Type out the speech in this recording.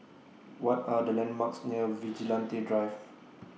What Are The landmarks near Vigilante Drive